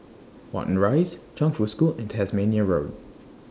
Watten Rise Chongfu School and Tasmania Road